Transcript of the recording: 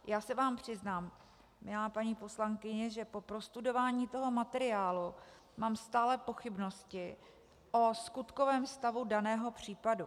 Já se vám přiznám, milá paní poslankyně, že po prostudování toho materiálu mám stále pochybnosti o skutkovém stavu daného případu.